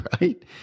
right